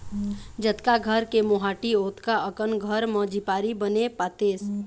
जतका घर के मोहाटी ओतका अकन घर म झिपारी बने पातेस